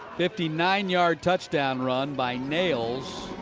fifty nine yard touchdown run by nails.